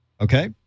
Okay